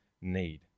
need